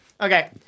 Okay